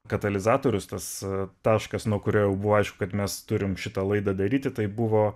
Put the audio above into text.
katalizatorius tas taškas nuo kurio jau buvo aišku kad mes turim šitą laidą daryti tai buvo